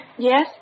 Yes